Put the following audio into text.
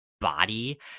body